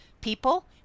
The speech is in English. people